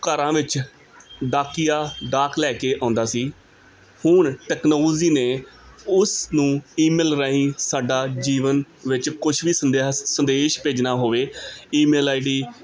ਘਰਾਂ ਵਿੱਚ ਡਾਕੀਆ ਡਾਕ ਲੈ ਕੇ ਆਉਂਦਾ ਸੀ ਹੁਣ ਟੈਕਨੋਲਜ਼ੀ ਨੇ ਉਸ ਨੂੰ ਈਮੇਲ ਰਾਹੀਂ ਸਾਡਾ ਜੀਵਨ ਵਿੱਚ ਕੁਛ ਵੀ ਸੰਦੇਹਾ ਸੰਦੇਸ਼ ਭੇਜਣਾ ਹੋਵੇ ਈਮੇਲ ਆਈ ਡੀ